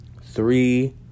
Three